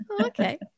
okay